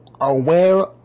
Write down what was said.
aware